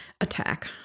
attack